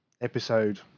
episode